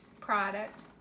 product